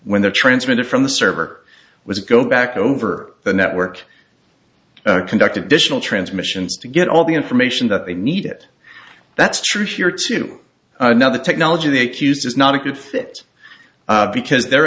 when they transmitted from the server was go back over the network conduct additional transmissions to get all the information that they need it that's true here too another technology they accused is not a good fit because the